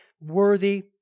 worthy